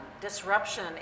disruption